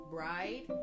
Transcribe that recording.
Bride